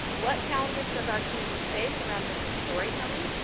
what challenges does our community face around visual storytelling?